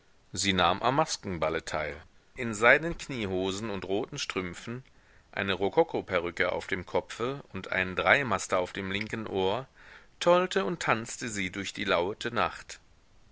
sie nahm am maskenballe teil in seidnen kniehosen und roten strümpfen eine rokokoperücke auf dem kopfe und einen dreimaster auf dem linken ohr tollte und tanzte sie durch die laute nacht